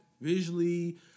visually